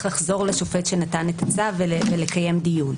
לחזור לשופט שנתן את הצו ולקיים דיון.